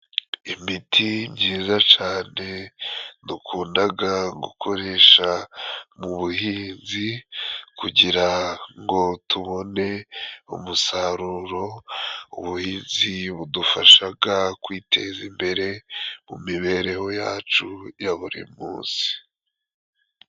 Imiti nziza cane dukundaga gukoresha mu buhinzi kugira ngo tubone umusaruro, ubuhinzi budufashaga kwiteza imbere mu mibereho yacu ya buri munsi.